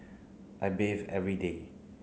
I bathe every day